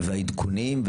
והעדכונים,